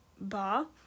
bar